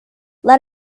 let